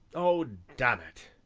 oh, dammit!